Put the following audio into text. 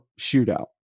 shootout